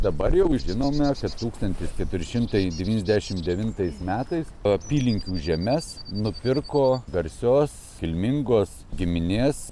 dabar jau žinome kad tūkstantis keturi šimtai devyniasdešim devintais metais apylinkių žemes nupirko garsios kilmingos giminės